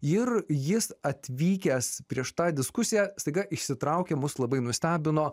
ir jis atvykęs prieš tą diskusiją staiga išsitraukė mus labai nustebino